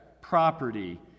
property